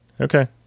okay